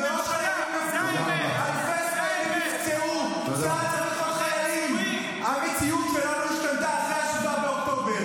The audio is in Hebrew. חבר הכנסת אושר שקלים, ב-7 באוקטובר